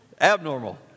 Abnormal